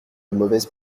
mauvaises